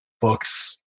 books